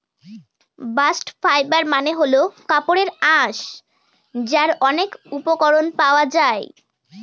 bast fibre মানে হল কাপড়ের আঁশ যার অনেক উপকরণ পাওয়া যায়